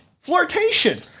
flirtation